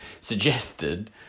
suggested